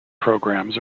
programs